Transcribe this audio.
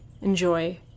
enjoy